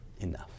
enough